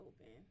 open